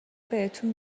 بهتون